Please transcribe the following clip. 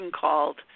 called